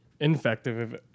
infective